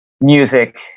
music